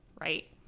right